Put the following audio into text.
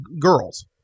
girls